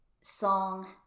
song